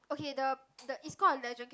okay the the is called a legend